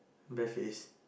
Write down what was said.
bare face